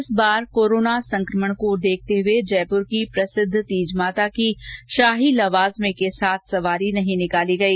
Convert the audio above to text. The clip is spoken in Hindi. इस बार कोरोना संकमण को देखते हुए जयपुर की प्रसिद्ध तीज माता की शाही लवाजमे के साथ सवारी नहीं निकाली गई